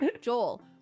Joel